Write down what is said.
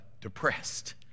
depressed